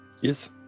Yes